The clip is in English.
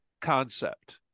concept